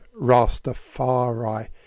Rastafari